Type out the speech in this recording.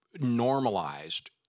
normalized